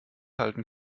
halten